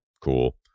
cool